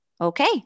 okay